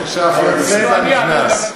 נסים, אני מחכה.